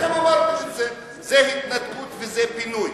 אתם אמרתם שזה התנתקות, וזה פינוי.